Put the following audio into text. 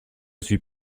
suis